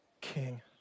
king